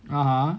(uh huh)